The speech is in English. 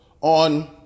on